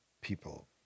people